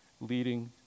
leading